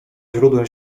źródłem